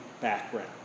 background